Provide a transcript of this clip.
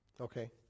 okay